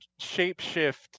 shapeshift